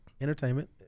entertainment